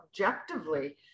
objectively